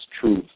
truth